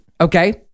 Okay